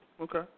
Okay